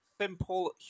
Simple